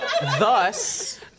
Thus